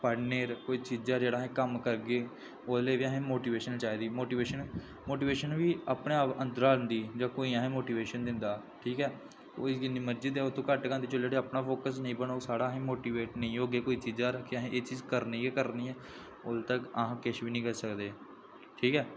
पढ़ने पर कोई चीजा पर जेह्ड़ा अस कम्म करगे उसलै बी असें मोटिवेशन चाहिदी मोटिवेशन मोटिवेशन बी अपने आप अन्दरा दा आंदी जां कोई असेंगी मोटिवेशन दिंदा ठीक ऐ ओह् जि'न्नी मर्जी दैओ घट्ट गै आंदी जिसलै तोड़ी अपना फोकस नेंई बनग साढ़ा ते अस मोटिवेट नेईं होगे कुसै चीजै पर कि असें एह् चीज करनी गै करनी ऐ उसलै तक अस किश बी निं करी सकदे ठीक ऐ